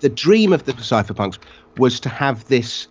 the dream of the cypherpunks was to have this